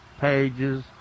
pages